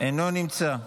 אינו נמצא.